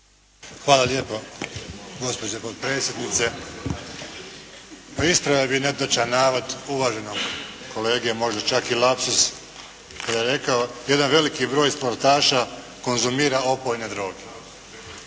Hvala lijepa gospođo potpredsjednice. Ispravio bih netočan navod uvaženog kolege, možda čak i lapsuz, kada je rekao, jedan veliki broj sportaša konzumira opojne droge.